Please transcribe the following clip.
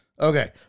Okay